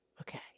Okay